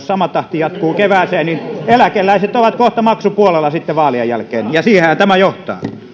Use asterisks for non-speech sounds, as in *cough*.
*unintelligible* sama tahti jatkuu kevääseen niin eläkeläiset ovat kohta maksupuolella sitten vaalien jälkeen ja siihenhän tämä johtaa